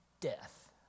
death